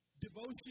Devotion